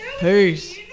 Peace